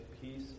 peace